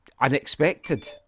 unexpected